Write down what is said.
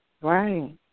Right